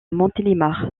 montélimar